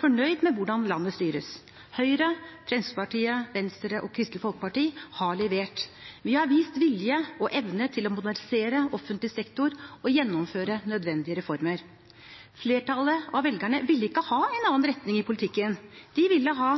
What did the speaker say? fornøyd med hvordan landet styres. Høyre, Fremskrittspartiet, Venstre og Kristelig Folkeparti har levert. Vi har vist vilje og evne til å modernisere offentlig sektor og gjennomføre nødvendige reformer. Flertallet av velgerne ville ikke ha en annen retning i politikken. De ville ha